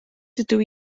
dydw